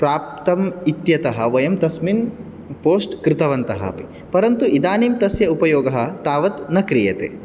प्राप्तम् इत्यतः वयं तस्मिन् पोस्ट् कृतवन्तः परन्तु इदानीं तस्य उपयोगः तावत् न क्रियते